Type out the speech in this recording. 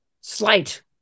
Slight